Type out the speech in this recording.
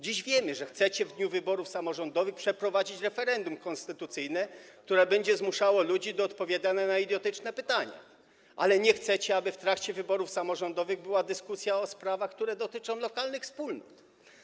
Dziś wiemy, że chcecie w dniu wyborów samorządowych przeprowadzić referendum konstytucyjne, które będzie zmuszało ludzi do odpowiadania na idiotyczne pytania, ale nie chcecie, aby w trakcie wyborów samorządowych była dyskusja o sprawach, które dotyczą lokalnych wspólnot.